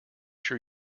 sure